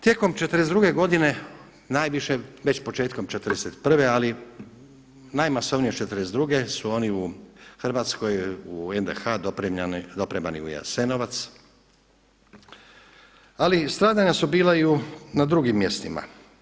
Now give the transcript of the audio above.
Tijekom '42. godine najviše već početkom '41. ali najmasovnije '42. su one u Hrvatskoj u NDH dopremani u Jasenovac, ali stradanja su bila i na drugim mjestima.